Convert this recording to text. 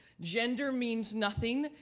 gender means nothing.